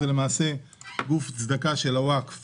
זה למעשה גוף צדקה של הוואקף